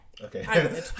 Okay